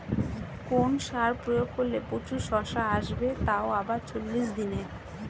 কোন সার প্রয়োগ করলে প্রচুর শশা আসবে তাও আবার চল্লিশ দিনে?